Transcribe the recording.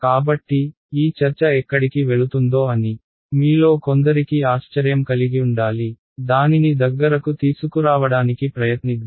కాబట్టి ఈ చర్చ ఎక్కడికి వెళుతుందో అని మీలో కొందరికి ఆశ్చర్యం కలిగిఉండాలి దానిని దగ్గరకు తీసుకురావడానికి ప్రయత్నిద్దాం